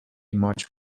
much